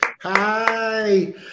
Hi